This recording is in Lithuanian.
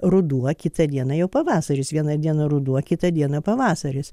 ruduo kitą dieną jau pavasaris vieną dieną ruduo kitą dieną pavasaris